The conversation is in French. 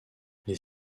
les